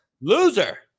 loser